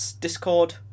Discord